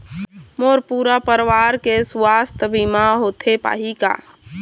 मोर पूरा परवार के सुवास्थ बीमा होथे पाही का?